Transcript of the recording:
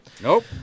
Nope